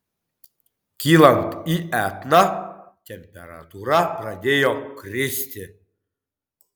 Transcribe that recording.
kylant į etną temperatūra pradėjo kristi